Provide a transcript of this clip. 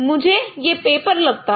मुझे यह पेपर लगता है